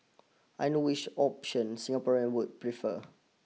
I know which option Singaporeans would prefer